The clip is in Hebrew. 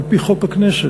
על-פי חוק הכנסת,